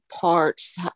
parts